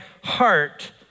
heart